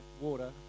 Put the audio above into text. water